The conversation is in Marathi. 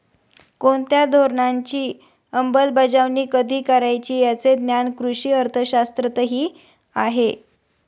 कोणत्या धोरणाची अंमलबजावणी कधी करायची याचे ज्ञान कृषी अर्थशास्त्रातही आहे